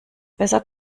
besser